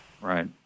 Right